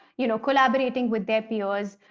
you know collaborating with their peers,